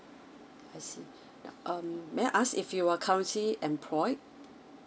I see um may I ask if you are currently employed